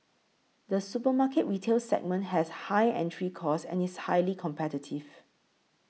the supermarket retail segment has high entry costs and is highly competitive